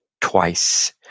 twice